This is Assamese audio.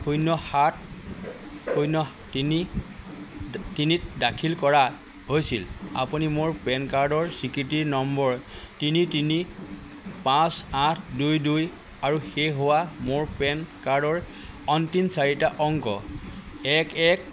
শূন্য সাত শূন্য তিনি তিনিত দাখিল কৰা হৈছিল আপুনি মোৰ পেন কাৰ্ডৰ স্বীকৃতি নম্বৰ তিনি তিনি পাঁচ আঠ দুই দুই আৰু শেষ হোৱা মোৰ পেন কাৰ্ডৰ অন্তিম চাৰিটা অংক এক এক